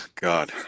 God